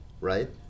right